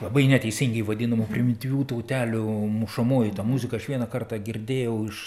labai neteisingai vadinamų primityvių tautelių mušamoji ta muzika aš vieną kartą girdėjau iš